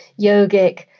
yogic